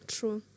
True